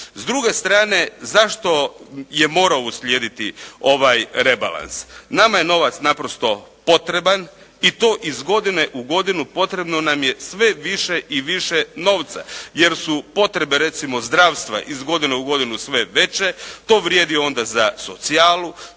S druge strane, zašto je morao uslijediti ovaj rebalans? Nama je novac naprosto potreban i to iz godine u godinu potrebno nam je sve više i više novca jer su potrebe, recimo zdravstva iz godine u godinu sve veće, to vrijedi onda za socijalu,